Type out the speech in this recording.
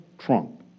Trump